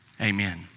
Amen